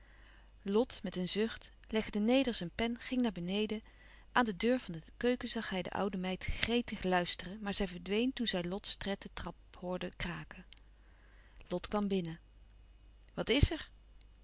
met een zucht legde neder zijn pen ging naar beneden aan de deur van de keuken zag hij de oude meid gretig luisteren maar zij verdween toen zij lots tred de trap hoorde kraken lot kwam binnen wat is er